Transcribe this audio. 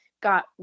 got